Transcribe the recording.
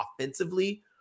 offensively